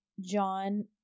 John